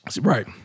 Right